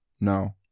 no